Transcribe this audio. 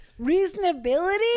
Reasonability